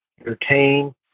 entertain